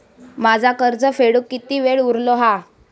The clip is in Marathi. माझा कर्ज फेडुक किती वेळ उरलो हा?